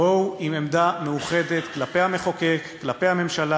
בואו עם עמדה מאוחדת כלפי המחוקק, כלפי הממשלה.